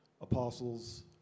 apostles